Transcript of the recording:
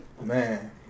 Man